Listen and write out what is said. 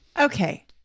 Okay